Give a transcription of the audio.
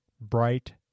bright